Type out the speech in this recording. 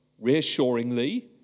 reassuringly